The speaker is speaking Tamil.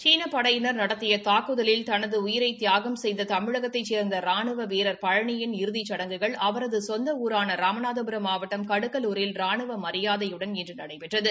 சீன படையினர் நடத்திய தாக்குதலில் தனது உயிரை தியாகம் செய்த தமிழகத்தை சேர்ந்த ராணுவ வீரர் பழனியின் இறுதிச்சடங்குகள் அவரது சொந்த ஊரான ராமநாதபுரம் மாவட்டம் கடுக்கலூரில் ரானுவ மரியாதையுடன் இன்று நடைபெற்றது